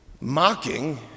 Mocking